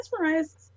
mesmerized